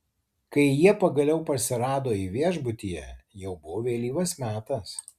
kai jie pagaliau parsirado į viešbutyje jau buvo vėlyvas metas